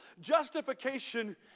Justification